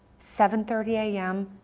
seven thirty a m.